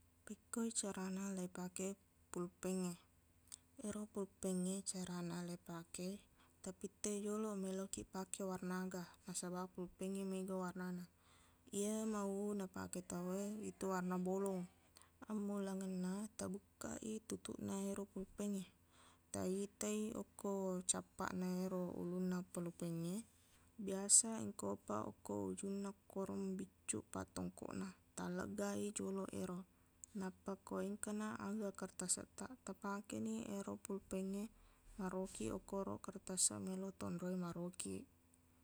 Pekkoi carana leipake pulpengnge ero pulpengnge carana leipakei tapitteq i joloq meloqkiq pake warna aga nasabaq pulpengnge mega warnana iye mau napake tauwe ritu warna bolong ammulengenna tabukkai tutupna ero pulpengnge taitai okko cappana ero ulunna polpengnge biasa engka opa okko ujunna koro mabiccuq pattongkoqna talleggai joloq ero nappa ko engkana aga kertasettaq tapakeni ero pulpengnge marokiq okkoro kertaseq meloq taonroi marokiq